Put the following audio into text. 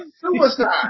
suicide